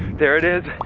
there it is,